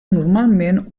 normalment